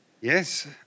Yes